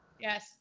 Yes